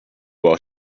while